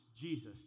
Jesus